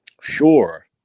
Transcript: Sure